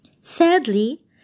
Sadly